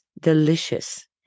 delicious